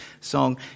song